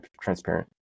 transparent